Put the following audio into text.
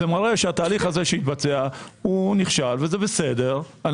זה מראה שהתהליך הזה שהתבצע נכשל וזה בסדר,